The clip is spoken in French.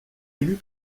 élue